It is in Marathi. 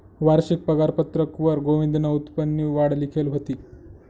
वारशिक पगारपत्रकवर गोविंदनं उत्पन्ननी वाढ लिखेल व्हती